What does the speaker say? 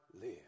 live